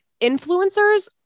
influencers